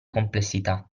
complessità